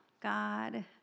God